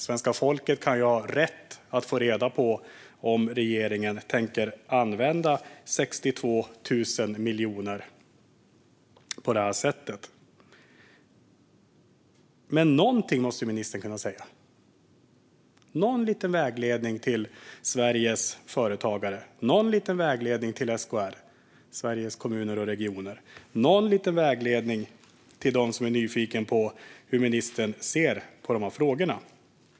Svenska folket kan ju ha rätt att få reda på om regeringen tänker använda 62 000 miljoner på detta sätt. Något måste väl ministern kunna säga för att ge någon liten vägledning till Sveriges företagare, till Sveriges Kommuner och Regioner och till dem som är nyfikna på hur ministern ser på dessa frågor.